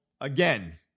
Again